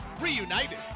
reunited